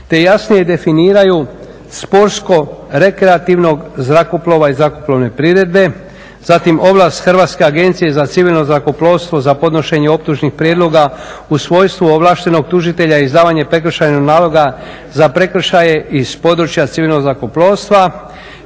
te jasnije definiraju sportsko-rekreativnog zrakoplova i zrakoplovne priredbe, zatim ovlast Hrvatske agencije za civilno zrakoplovstvo za podnošenje optužnih prijedloga u svojstvu ovlaštenog tužitelja izdavanja prekršajnog naloga za prekršaje iz područja civilnog zrakoplovstva,